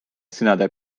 sõnade